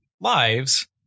lives